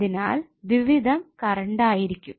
അതിനാൽ ദ്വിവിധം കറണ്ട് ആയിരിക്കും